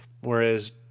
Whereas